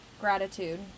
Gratitude